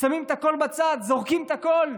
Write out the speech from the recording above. שמים את הכול בצד, זורקים את הכול?